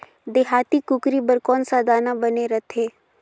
देहाती कुकरी बर कौन सा दाना बने रथे?